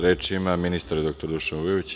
Reč ima ministar, dr Dušan Vujović.